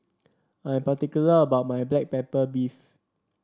I am particular about my Black Pepper Beef